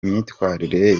imyitwarire